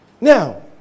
Now